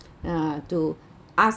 uh to ask